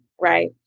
right